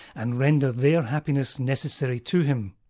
and render their happiness necessary to him,